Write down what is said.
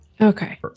Okay